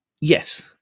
yes